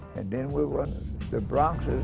and then we run the bronx.